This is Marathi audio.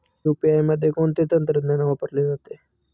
यू.पी.आय मध्ये कोणते तंत्रज्ञान वापरले जाते?